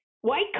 White